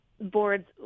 boards